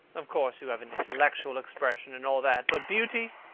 of course you have an intellectual expression and all that. but beauty,